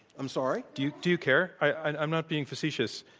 i'm sorry? do you do you care? i'm not being facetious.